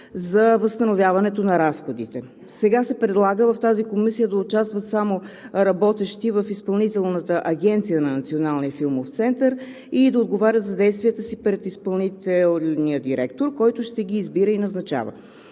за възстановяване на разходите. Сега се предлага в тази комисия да участват само работещи в Изпълнителната агенция на Националния филмов център и да отговарят за действията си пред изпълнителния директор, който ще ги избира и назначава.